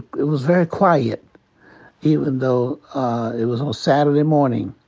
it was very quiet even though it was on saturday morning.